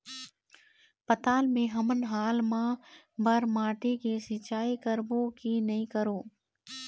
पताल मे हमन हाल मा बर माटी से सिचाई करबो की नई करों?